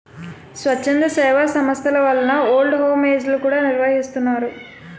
స్వచ్ఛంద సేవా సంస్థల వలన ఓల్డ్ హోమ్ ఏజ్ లు కూడా నిర్వహిస్తున్నారు